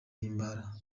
himbara